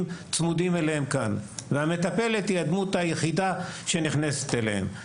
שצמודים אליהם והמטפלת היא היחידה שנכנסת אליהם.